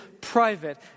private